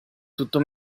tutto